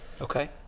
Okay